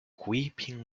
weeping